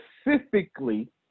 specifically